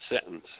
sentence